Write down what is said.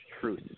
truth